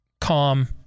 calm